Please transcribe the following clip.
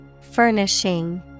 Furnishing